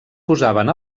posaven